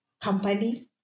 company